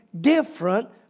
different